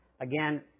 again